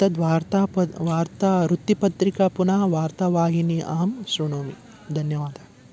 तद्वार्ता प वार्ता वृत्तपत्रिका पुनः वार्तावाहिनी अहं श्रुणोमि धन्यवादः